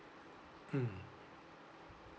mm